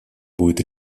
будет